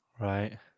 Right